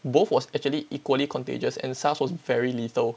both was actually equally contagious and SARS was very lethal